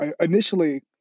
initially